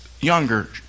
younger